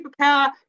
superpower